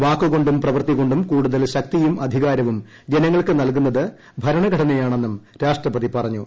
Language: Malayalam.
വാക്കു കൊണ്ടും പ്രവൃത്തി കൊണ്ടും കൂടുത്രൽ ശക്തിയും അധികാരവും ജനങ്ങൾക്ക് നൽകുന്നത് ഭരണഘടനയാണെന്നും രാഷ്ട്രപതി പറഞ്ഞു